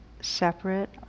separate